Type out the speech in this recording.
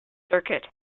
circuit